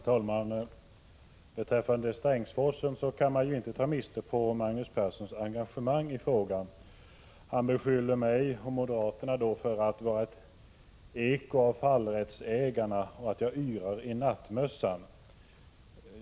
Herr talman! Man kan inte ta miste på Magnus Perssons engagemang i frågan om Strängsforsen. Han beskyller mig och moderaterna för att vara ett eko av fallrättsägarna och för att yra i nattmössan.